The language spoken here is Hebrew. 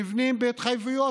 נבנים בהתחייבויות,